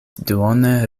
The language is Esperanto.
duone